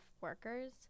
workers